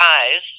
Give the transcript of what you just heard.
eyes